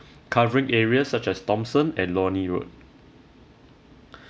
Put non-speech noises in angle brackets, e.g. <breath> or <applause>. covering areas such as thomson and lornie road <breath>